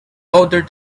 older